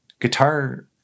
guitar